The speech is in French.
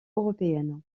européenne